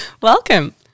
Welcome